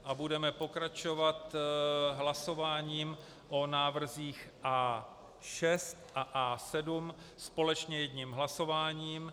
A budeme pokračovat hlasováním o návrzích A6 a A7 společně jedním hlasováním.